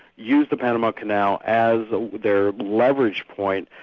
used the panama canal as their leverage point,